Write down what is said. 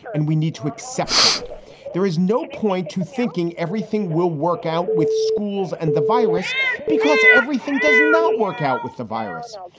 and we need to accept that there is no point to thinking everything will work out with schools and the virus because everything does not work out with the virus.